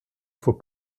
faut